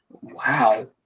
wow